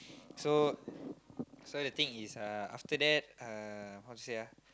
so so the thing is uh after that uh how to say ah